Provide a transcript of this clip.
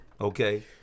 Okay